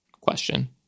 question